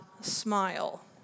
smile